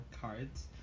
cards